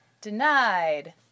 denied